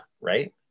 right